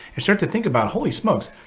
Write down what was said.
and start to think about holy smokes,